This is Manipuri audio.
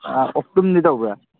ꯑꯣꯛꯇꯨꯝꯗꯤ ꯇꯧꯕ꯭ꯔ